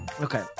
Okay